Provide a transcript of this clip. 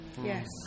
yes